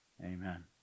Amen